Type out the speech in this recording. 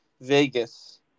Vegas